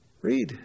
Read